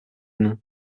noms